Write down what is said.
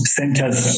centers